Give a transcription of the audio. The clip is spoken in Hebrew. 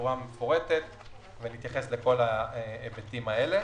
בצורה מפורטת ונתייחס לכל ההיבטים האלה.